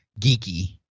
geeky